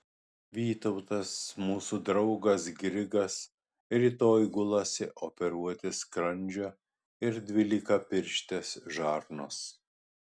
vytautas mūsų draugas grigas rytoj gulasi operuoti skrandžio ir dvylikapirštės žarnos